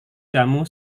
kamu